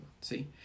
See